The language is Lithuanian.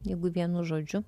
jeigu vienu žodžiu